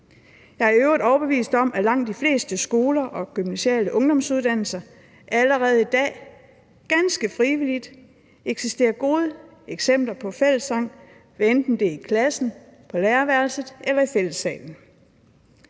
Jeg er i øvrigt overbevist om, at der på langt de fleste skoler og gymnasiale ungdomsuddannelser allerede i dag findes ganske frivillige og gode eksempler på fællessang, hvad enten det er i klassen, på lærerværelset eller i fællessalen.